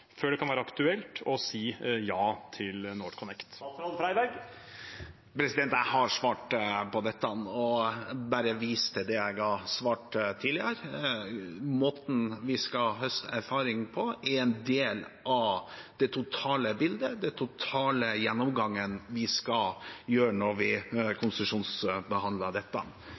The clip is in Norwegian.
før det kan være aktuelt å si ja til NorthConnect. Jeg har svart på dette, og jeg vil bare vise til det jeg har svart tidligere. Måten vi skal høste erfaring på, er en del av det totale bildet, den totale gjennomgangen vi skal ha når vi konsesjonsbehandler dette.